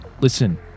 Listen